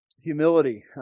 Humility